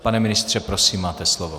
Pane ministře, prosím, máte slovo.